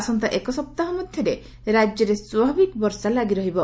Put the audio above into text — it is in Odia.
ଆସନ୍ତା ଏକସପ୍ତାହ ମଧ୍ୟରେ ରାଜ୍ୟରେ ସ୍ୱାଭାବିକ ବର୍ଷା ଲାଗିରହିବ